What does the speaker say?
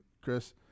Chris